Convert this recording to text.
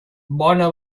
bona